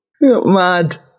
Mad